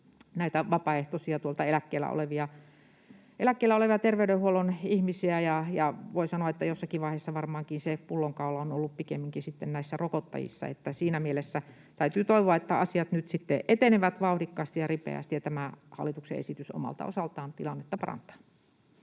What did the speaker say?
vapaaehtoisia, eläkkeellä olevia terveydenhuollon ihmisiä, ja voi sanoa, että jossakin vaiheessa varmaankin se pullonkaula on ollut pikemminkin näissä rokottajissa. Siinä mielessä täytyy toivoa, että asiat nyt sitten etenevät vauhdikkaasti ja ripeästi ja tämä hallituksen esitys omalta osaltaan parantaa